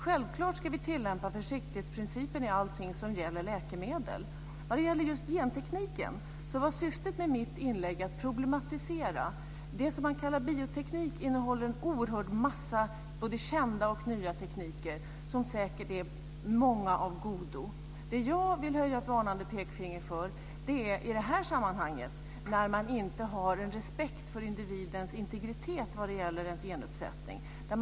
Självklart ska vi tillämpa försiktighetsprincipen i allt som gäller läkemedel. Vad gäller just gentekniken var syftet med mitt inlägg att problematisera. Det som man kallar bioteknik innehåller en oerhörd massa både kända och nya tekniker, och många är säkert av godo. Det jag vill höja ett varnade pekfinger för i det här sammanhanget är fall där man inte har respekt för individens integritet vad gäller genuppsättningen.